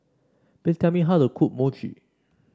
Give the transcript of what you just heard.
please tell me how to cook Mochi